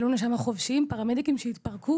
היו לנו שם חובשים ופרמדיקים שהתפרקו